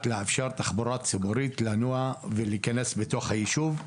לאפשר תחבורה ציבורית לנוע ולהיכנס בתוך היישוב,